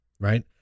Right